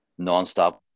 nonstop